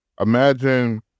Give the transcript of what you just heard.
imagine